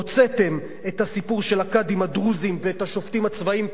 הוצאתם את הסיפור של הקאדים הדרוזים ואת השופטים הצבאיים,